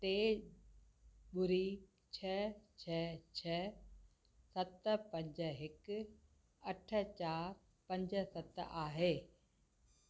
टे ॿुड़ी छह छह छह सत पंज हिकु अठ चारि पंज सत आहे